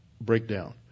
breakdown